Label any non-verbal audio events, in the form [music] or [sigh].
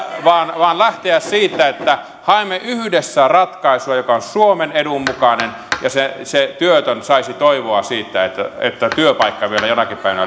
vaan vaan lähteä siitä että haemme yhdessä ratkaisua joka on suomen edun mukainen ja se se työtön saisi toivoa siitä että että työpaikka vielä jonakin päivänä [unintelligible]